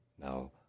Now